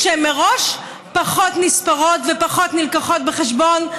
הן מראש פחות נספרות ופחות מובאות בחשבון,